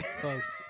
folks